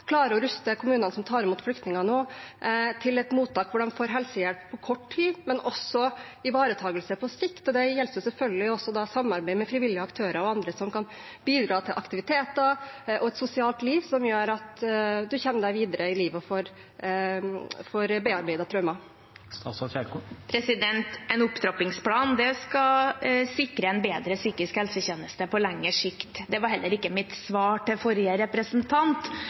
å ruste kommunene som nå tar imot flyktninger i mottak, med helsehjelp på kort sikt, men også ivaretagelse på lengre sikt. Det gjelder selvfølgelig også samarbeid med frivillige aktører og andre som kan bidra til aktiviteter og et sosialt liv, som gjør at man kommer seg videre i livet og får bearbeidet traumer. En opptrappingsplan skal sikre en bedre psykisk helse-tjeneste på lengre sikt. Det var heller ikke mitt svar til forrige representant.